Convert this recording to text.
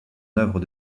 œuvre